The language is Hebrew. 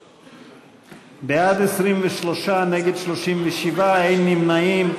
בעד, 23, נגד, 37, אין נמנעים.